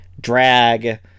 drag